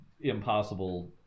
impossible